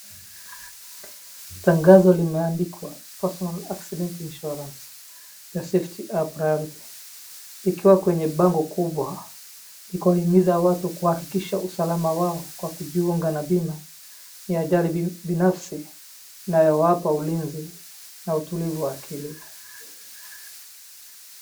Tangazo limeandikwa; Personal Accident Insurance, Your Safety, Our Priority , likiwa kwenye bango kubwa ni kuwahimiza kuhakikisha usalama wao, kwa kujiunga na bima ya ajali binafsi na yawapa ulinzi na utulivu wa akili.